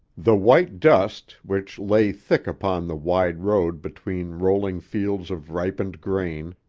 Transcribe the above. the white dust, which lay thick upon the wide road between rolling fields of ripened grain,